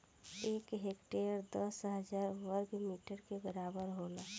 एक हेक्टेयर दस हजार वर्ग मीटर के बराबर होला